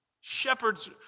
Shepherds